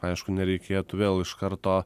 aišku nereikėtų vėl iš karto